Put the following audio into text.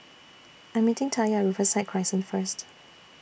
I'm meeting Taya At Riverside Crescent First